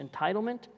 entitlement